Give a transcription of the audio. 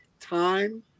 time